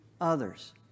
others